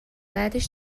بعدش